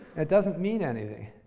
it doesn't mean anything.